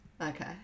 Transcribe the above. okay